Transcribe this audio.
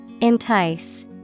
entice